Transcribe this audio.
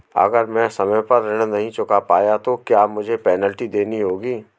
अगर मैं समय पर ऋण नहीं चुका पाया तो क्या मुझे पेनल्टी देनी होगी?